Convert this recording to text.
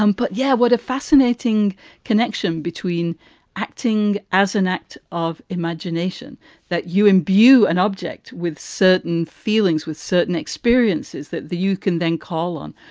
um but, yeah, what a fascinating connection between acting as an act of imagination that you imbue an object with certain feelings, with certain experiences that you can then call on.